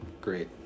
Great